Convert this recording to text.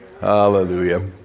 Hallelujah